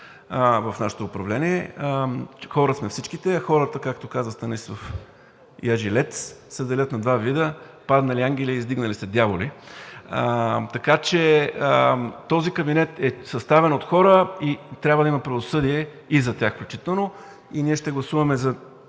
в нашето управление, хора сме всичките. А хората, както казва Станислав Йежи Лец, се делят на два вида – паднали ангели и издигнали се дяволи. Така че този кабинет е съставен от хора и трябва да има правосъдие и за тях включително. Ние ще гласуваме и